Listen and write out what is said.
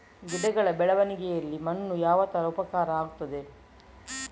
ಗಿಡಗಳ ಬೆಳವಣಿಗೆಯಲ್ಲಿ ಮಣ್ಣು ಯಾವ ತರ ಉಪಕಾರ ಆಗ್ತದೆ?